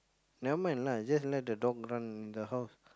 never mind lah just let the dog run in the house